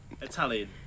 Italian